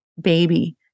baby